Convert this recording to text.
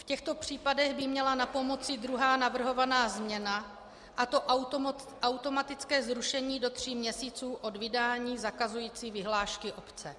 V těchto případech by měla napomoci druhá navrhovaná změna, a to automatické zrušení do tří měsíců od vydání zakazující vyhlášky obce.